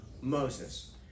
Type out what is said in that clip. Moses